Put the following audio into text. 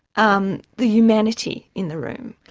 um the humanity in the room.